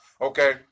Okay